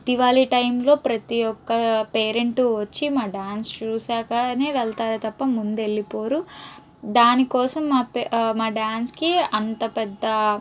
దీపావళి టైంలో ప్రతి ఒక పేరెంట్ వచ్చి మా డ్యాన్స్ చుశాక వెళ్తారు తప్ప ముందు వెళ్ళిపోరు దానికోసం మాపే మా డ్యాన్స్కి అంత పెద్ద